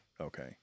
Okay